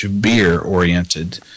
beer-oriented